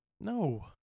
No